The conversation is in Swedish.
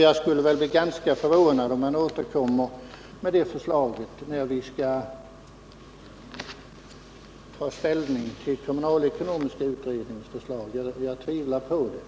Jag skulle bli ganska förvånad om man återkommer med det förslaget när vi skall ta ställning till kommunalekonomiska utredningens förslag. Jag tvivlar på 125